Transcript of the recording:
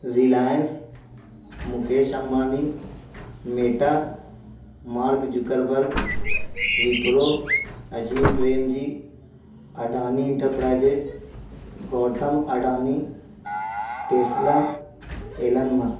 Reliance Mukesh Ambani Meta Mark Zuckerberg Wipro Azim Premji Adani enterprises Gautam Adani Tesla Elon Musk